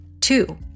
Two